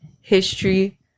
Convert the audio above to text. history